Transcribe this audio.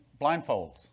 blindfolds